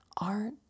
art